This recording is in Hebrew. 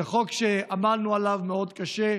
זה חוק שעמלנו עליו מאוד קשה.